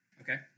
Okay